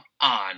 on